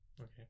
Okay